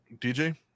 dj